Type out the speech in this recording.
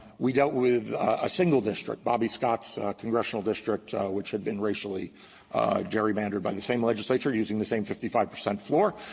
we dealt with a single district, bobby scott's congressional district, which had been racially gerrymandered by the same legislature using the same fifty five percent floor,